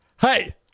Hey